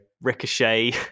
ricochet